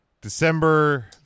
December